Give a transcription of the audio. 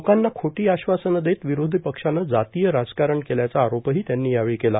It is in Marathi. लोकांना खोटी आश्वासनं देत विरोधी पक्षानं जातीय राजकारण केल्याचा आरोपही त्यांनी यावेळी केला